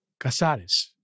Casares